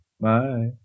Bye